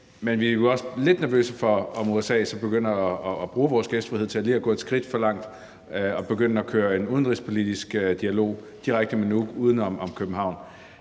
Men vi er jo også lidt nervøse for, om USA så begynder at bruge vores gæstfrihed til lige at gå et skridt for langt og begynde at køre en udenrigspolitisk dialog direkte med Nuuk uden om København.